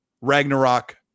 Ragnarok